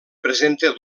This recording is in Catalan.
presenta